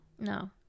No